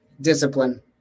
Discipline